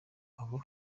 abo